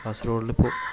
കാസര്ഗോഡിലിപ്പോൾ